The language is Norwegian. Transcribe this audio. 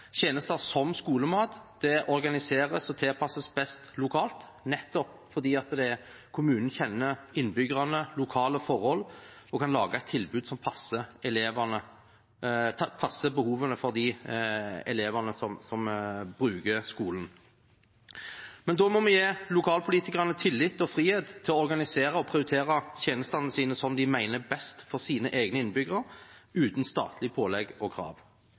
tjenester som skolemat organiseres og tilpasses best lokalt, nettopp fordi kommunen kjenner innbyggerne, lokale forhold, og kan lage et tilbud som passer behovene for de elevene som bruker skolen. Men da må vi gi lokalpolitikerne tillit og frihet til å organisere og prioritere tjenestene slik de mener er best for sine innbyggere, uten statlige pålegg og krav.